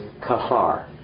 kahar